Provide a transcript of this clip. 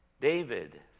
David